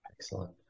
Excellent